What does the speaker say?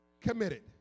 Committed